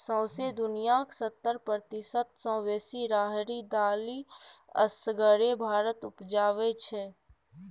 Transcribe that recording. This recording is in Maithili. सौंसे दुनियाँक सत्तर प्रतिशत सँ बेसी राहरि दालि असगरे भारत उपजाबै छै